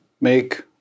make